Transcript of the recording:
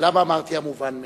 למה אמרתי "המובן מאליו"?